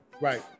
Right